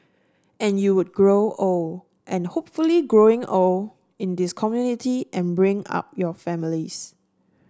and you would grow old and hopefully grow old in this community and bring up your families